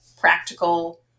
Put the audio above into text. practical